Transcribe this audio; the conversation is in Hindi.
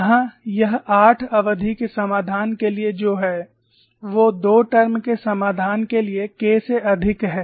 यहां यह आठ अवधि के समाधान के लिए जो है वो 2 टर्म्स के समाधान के लिए K से अधिक है